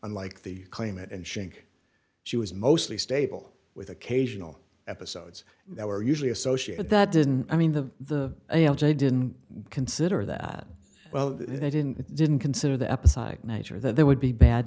unlike the claimant and shrink she was mostly stable with occasional episodes that were usually associated that didn't i mean the the i didn't consider that well they didn't didn't consider the episodic nature that there would be bad